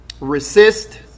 resist